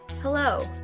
Hello